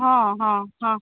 हँ हँ हँ